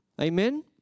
Amen